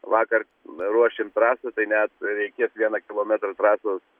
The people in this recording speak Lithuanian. vakar ruošėm trasą tai net reikės vieną kilometrą trasos